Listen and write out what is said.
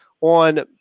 on